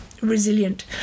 Resilient